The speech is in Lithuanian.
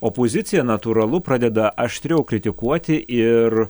opozicija natūralu pradeda aštriau kritikuoti ir